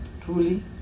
Truly